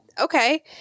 okay